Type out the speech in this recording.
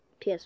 PS